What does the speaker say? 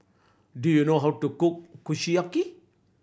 do you know how to cook Kushiyaki